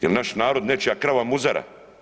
Jel naš narod nečija krava muzara?